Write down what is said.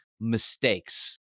mistakes